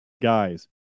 Guys